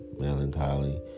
melancholy